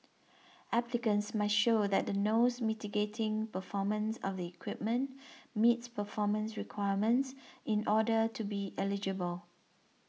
applicants must show that the nose mitigating performance of the equipment meets performance requirements in order to be eligible